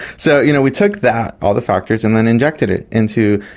so you know we took that, all the factors, and then injected it into,